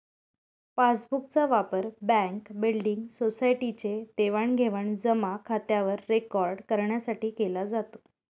passbook चा वापर bank, building, society चे देवाणघेवाण जमा खात्यावर रेकॉर्ड करण्यासाठी केला जातो